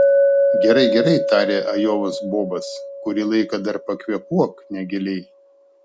gerai gerai tarė ajovos bobas kurį laiką dar pakvėpuok negiliai